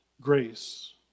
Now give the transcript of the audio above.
grace